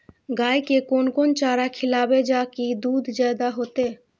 गाय के कोन कोन चारा खिलाबे जा की दूध जादे होते?